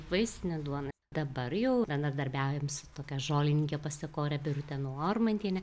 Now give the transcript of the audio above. vaisinė duona dabar jau bendradarbiaujam su tokia žolininke pasakore birute normantiene